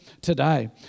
today